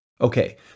Okay